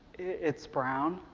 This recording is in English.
it's brown.